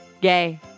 gay